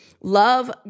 Love